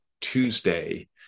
Tuesday